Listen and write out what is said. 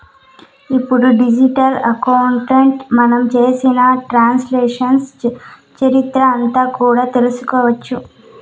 ఇప్పుడు డిజిటల్ అకౌంట్లో మనం చేసిన ట్రాన్సాక్షన్స్ చరిత్ర అంతా కూడా తెలుసుకోవచ్చు